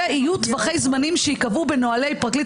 שיהיו טווחי זמנים שייקבעו בנהלי פרקליט